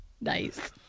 Nice